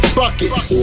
buckets